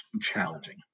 challenging